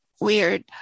weird